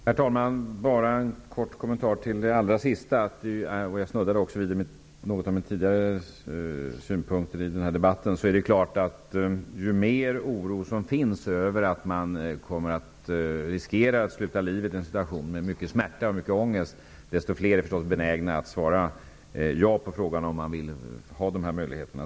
Herr talman! Jag vill bara göra en kort kommentar. Det är klart att ju mer oro som det finns över att man riskerar att sluta livet i en situation med mycket smärta och ångest, desto fler är det som är benägna att svara ja på frågan om man vill ha denna möjlighet.